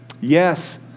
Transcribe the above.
Yes